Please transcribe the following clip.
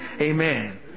Amen